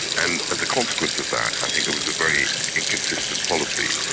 and as a consequence of that, i think it was a very inconsistent policy.